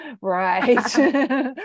Right